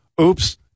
Oops